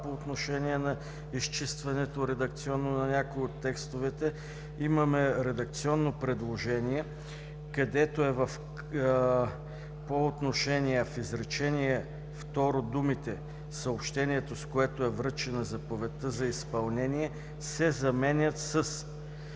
по отношение на редакционното изчистване на някои от текстовете, имаме редакционно предложение, което е по отношение в изречение второ думите: „съобщението, с което е връчена заповедта за изпълнение“ се заменят